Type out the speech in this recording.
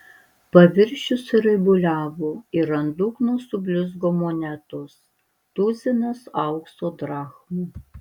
paviršius suraibuliavo ir ant dugno sublizgo monetos tuzinas aukso drachmų